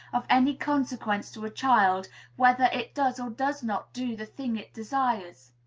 of any consequence to a child whether it does or does not do the thing it desires.